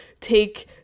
take